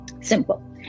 Simple